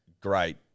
great